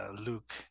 Luke